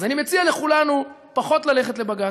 אז אני מציע לכולנו פחות ללכת לבג"ץ.